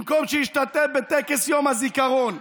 במקום שישתתף בטקס יום הזיכרון,